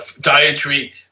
dietary